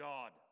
God